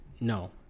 no